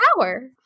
power